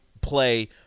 play